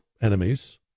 enemies